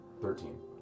Thirteen